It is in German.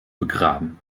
begraben